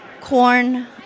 corn